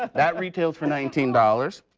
that retails for nineteen dollars.